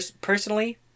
personally